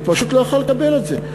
הוא פשוט לא יכול היה לקבל את זה,